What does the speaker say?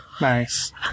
Nice